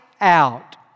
out